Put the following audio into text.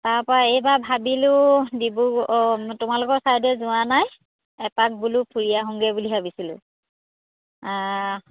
তাৰপৰা এইবাৰ ভাবিলোঁ ডিব্ৰুগড় অঁ তোমালোকৰ ছাইডে যোৱা নাই এপাক বোলো ফুৰিয়ে আহোঁগৈ বুলি ভাবিছিলোঁ